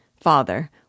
Father